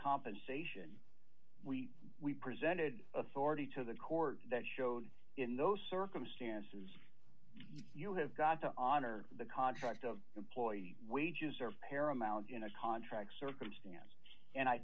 compensation we we presented authority to the court that showed in those circumstances you have got to honor the contract of employee wages are paramount in a contract circumstance and i